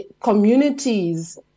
communities